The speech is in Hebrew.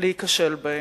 להיכשל בהם.